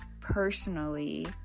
personally